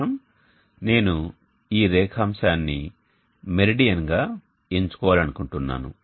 కారణం నేను ఈ రేఖాంశాన్ని మెరిడియన్ గా ఎంచుకోవాలనుకుంటున్నాను